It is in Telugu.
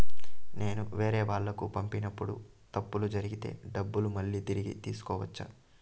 నేను వేరేవాళ్లకు పంపినప్పుడు తప్పులు జరిగితే డబ్బులు మళ్ళీ తిరిగి తీసుకోవచ్చా?